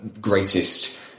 greatest